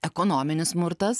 ekonominis smurtas